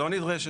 לא נדרשת.